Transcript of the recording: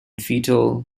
fetal